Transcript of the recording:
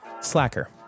Slacker